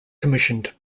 commissioned